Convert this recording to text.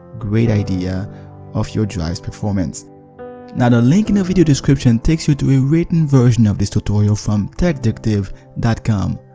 great idea of your drive's performance. now, the link in the video description takes you to a written version of this tutorial from techddictive dot com